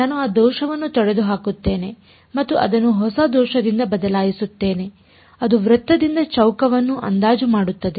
ನಾನು ಆ ದೋಷವನ್ನು ತೊಡೆದುಹಾಕುತ್ತೇನೆ ಮತ್ತು ಅದನ್ನು ಹೊಸ ದೋಷದಿಂದ ಬದಲಾಯಿಸುತ್ತೇನೆ ಅದು ವೃತ್ತದಿಂದ ಚೌಕವನ್ನು ಅಂದಾಜು ಮಾಡುತ್ತದೆ